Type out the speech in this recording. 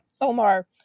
Omar